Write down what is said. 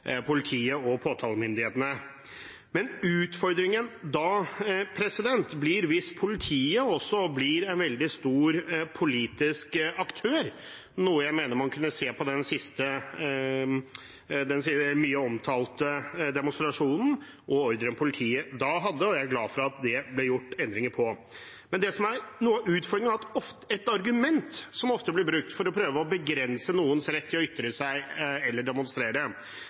politiet og påtalemyndighetene. Utfordringen oppstår hvis politiet også blir en veldig stor politisk aktør, noe jeg mener man kunne se i forbindelse med den mye omtalte demonstrasjonen og ordren politiet da hadde. Jeg er glad for at det ble gjort endringer på det. Et argument som ofte blir brukt for å prøve å begrense noens rett til å ytre seg eller demonstrere,